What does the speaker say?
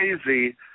crazy